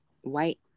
white